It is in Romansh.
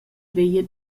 veglia